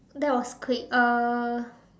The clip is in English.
that was quick uh